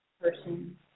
person